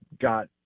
got